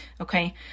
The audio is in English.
Okay